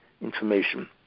information